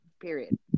Period